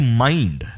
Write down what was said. mind